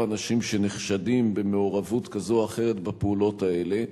אנשים שנחשדים במעורבות כזאת או אחרת בפעולות האלה,